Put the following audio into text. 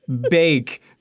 bake